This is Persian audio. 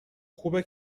خوبه